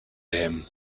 him